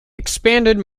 expanded